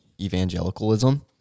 evangelicalism